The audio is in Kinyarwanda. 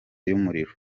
y’umuriro